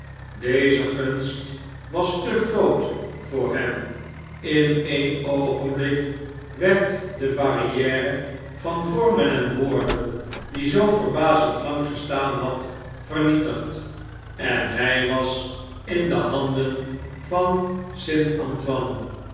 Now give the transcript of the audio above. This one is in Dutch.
deze gunst was ite groot voor hem in een oogenblik werd de barriere van vormen en woorden die zoo verbazend lang gestaan had vernietigd en hjj was in dehanden van